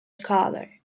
scholar